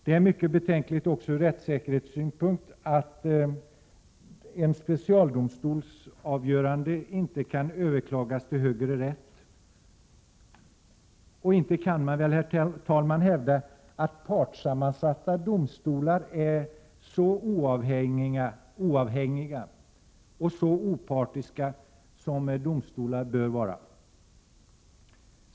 Det är också mycket betänkligt ur rättssäkerhetssynpunkt att en specialdomstols avgöranden inte kan överklagas till högre rätt. Inte kan man väl, herr talman, hävda att partssammansatta domstolar är så oavhängiga och opartiska som domstolar bör vara?